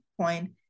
point